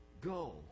go